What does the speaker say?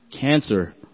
Cancer